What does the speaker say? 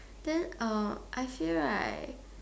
then uh I feel right